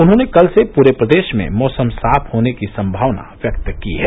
उन्होंने कल से पूरे प्रदेश में मैसम साफ होने की संभावना व्यक्त की है